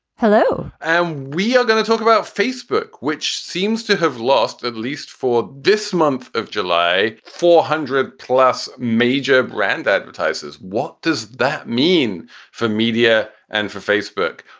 hello. and we are going to talk about facebook, which seems to have lost, at least for this month of july, four hundred plus major brand advertisers. what does that mean for media and for facebook?